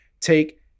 take